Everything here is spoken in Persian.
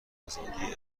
ازادی